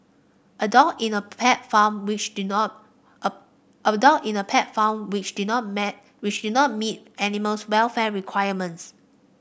a dog in a pet farm which did not a a dog in a pet farm which did not man which did not meet animals welfare requirements